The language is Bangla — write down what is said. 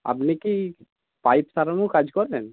আপনি কি পাইপ সারানোর কাজ করেন